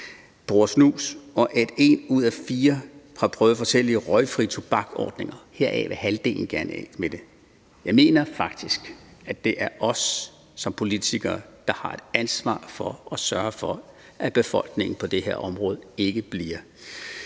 at en ud af fire har prøvet forskellige røgfri tobaksordninger, og heraf vil halvdelen gerne af med det. Jeg mener faktisk, at det er os som politikere, der har et ansvar for at sørge for, at befolkningen på det her område ikke bliver